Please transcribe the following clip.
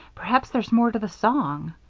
perhaps there's more to the song.